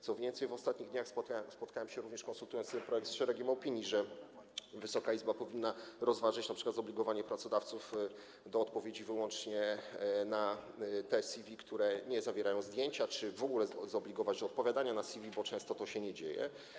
Co więcej, w ostatnich dniach spotkałem się również, konsultując ten projekt, z szeregiem opinii, że Wysoka Izba powinna rozważyć np. zobligowanie pracodawców do odpowiedzi wyłącznie na te CV, które nie zawierają zdjęcia, czy w ogóle zobligować do odpowiadania na CV, bo często to się nie dzieje.